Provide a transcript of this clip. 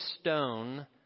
stone